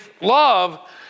love